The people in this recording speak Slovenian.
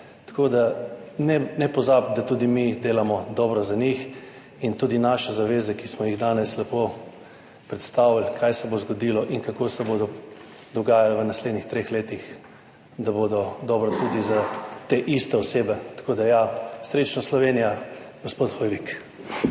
Tako da ne, ne pozabiti, da tudi mi delamo dobro za njih in tudi naše zaveze, ki 79. TRAK: (SC) – 18.30 (nadaljevanje) smo jih danes lepo predstavili, kaj se bo zgodilo in kako se bodo dogajale v naslednjih treh letih, da bodo dobro tudi za te iste osebe. Tako da ja, srečno Slovenija, gospod Hoivik.